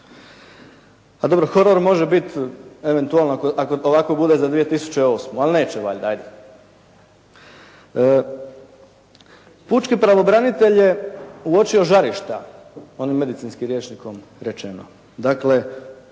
Pa dobro horor može biti eventualno ako ovako bude za 2008. Ali neće valjda, ajde. Pučki pravobranitelj je uočio žarišta, onim medicinskim rječnikom rečeno.